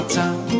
time